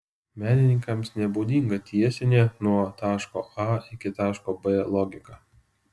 menininkams nebūdinga tiesinė nuo taško a iki taško b logika